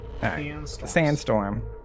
sandstorm